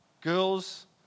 girls